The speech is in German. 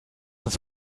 uns